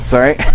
Sorry